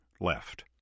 left